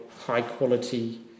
high-quality